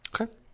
Okay